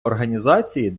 організації